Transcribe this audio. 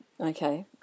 Okay